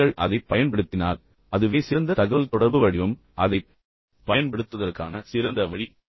எனவே நீங்கள் அதைப் பயன்படுத்தினால் அதுவே சிறந்த தகவல்தொடர்பு வடிவம் மற்றும் அதைப் பயன்படுத்துவதற்கான சிறந்த வழி